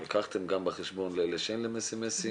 לקחתם בחשבון גם כאלה שאין להם סמס-ים,